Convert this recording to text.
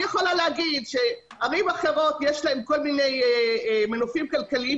אני יכולה להגיד שלערים אחרות יש כל מיני מנופים כלכליים